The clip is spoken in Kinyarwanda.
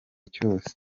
cyose